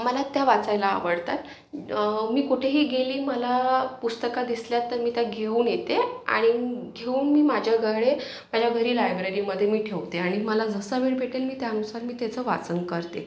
मला त्या वाचायला आवडतात मी कुठेही गेली मला पुस्तका दिसल्या तर मी त्या घेऊन येते आणि घेऊन मी माझ्याकडे माझ्या घरी लायब्ररीमध्ये मी ठेवते आणि मला जसा वेळ भेटेल मी त्यानुसार मी त्याचं वाचन करते